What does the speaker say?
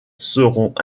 seront